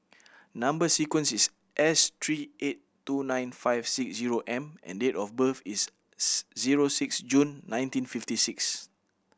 number sequence is S three eight two nine five six zero M and date of birth is zero six June nineteen fifty six